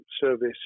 service